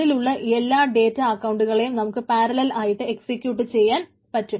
അതിലുള്ള എല്ലാ ഡേറ്റ അക്കൌണ്ടുകളെയും നമുക്ക് പാരലൽ ആയിട്ട് എക്സിക്യൂട്ട് ചെയ്യാൻ പറ്റും